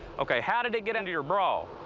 ok, how did it get into your bra?